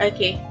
Okay